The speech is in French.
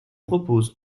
propose